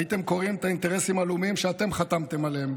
הייתם קוראים את האינטרסים הלאומיים שאתם חתמתם עליהם.